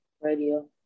Radio